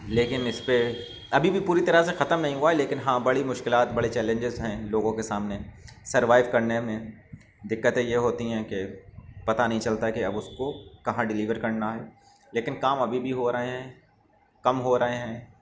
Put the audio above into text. لیکن اس پہ ابھی بھی پوری طرح سے ختم نہیں ہوا ہے لیکن ہاں بڑی مشکلات بڑے چیلنجز ہیں لوگوں کے سامنے سروائو کرنے میں دقتیں یہ ہوتی ہیں کہ پتہ نہیں چلتا کہ اب اس کو کہاں ڈلیور کرنا ہے لیکن کام ابھی بھی ہو رہے ہیں کم ہو رہے ہیں